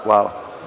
Hvala.